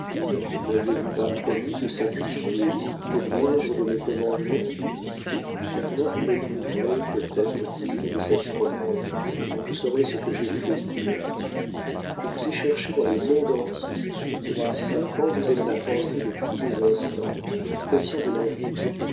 ne m'avez-vous pas promis de sacrifier tout au moindre de mes commandements maintenant vous me trouverez peut-être digne de cette promesse quand vous saurez ce que j'ai fait pour vous je vous ai cherchée dans le monde entier depuis cinq ans vous êtes ma pensée de tous les instants l'occupation de ma vie